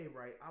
right